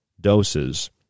doses